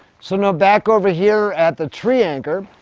so now back over here at the tree anchor,